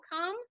come